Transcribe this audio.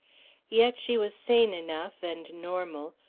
yet she was sane enough, and normal,